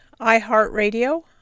iHeartRadio